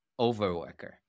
overworker